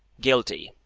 guilty,